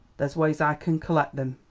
there's ways i can collect em.